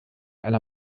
einer